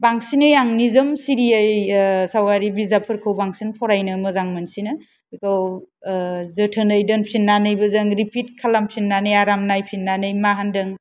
बांसिनै आं निजोम सिरियै सावगारि बिजाबफोरखौ बांसिन फरायनो मोजां मोनसिनो बेखौ जोथोनै दोनफिननानैबो जों रिपिट खालामफिननानै आराम नायफिननानै मा होनदों